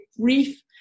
grief